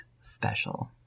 special